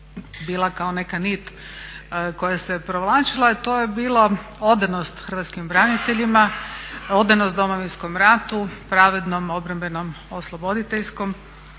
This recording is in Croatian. bila kao neka nit koja se provlačila, a to je bilo odanost hrvatskim braniteljima, odanost Domovinskom ratu, pravednom, obrambenom, osloboditeljskom